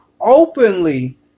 openly